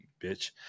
bitch